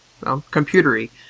computery